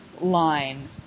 line